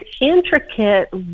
intricate